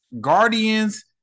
Guardians